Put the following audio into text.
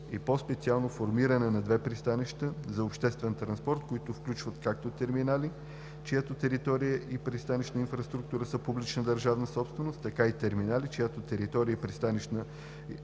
и по-специално: формиране на две пристанища за обществен транспорт, които включват както терминали, чиято територия и пристанищна инфраструктура са публична държавна собственост, така и терминали, чиято територия и пристанищна инфраструктура